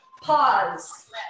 Pause